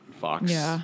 fox